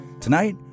Tonight